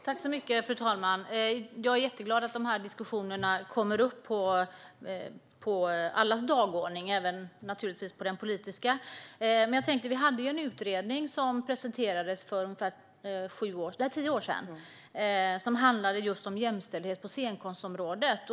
Fru talman! Jag är jätteglad att dessa diskussioner kommer upp på allas dagordning, även politikernas. Vi hade en utredning som presenterades för ungefär tio år sedan och som handlade om jämställdhet på scenkonstområdet.